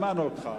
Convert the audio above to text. שמענו אותך.